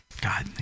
god